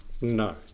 no